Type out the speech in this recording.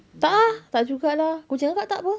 tak ah tak juga lah kucing kakak tak apa